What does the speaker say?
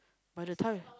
by the time